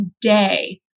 day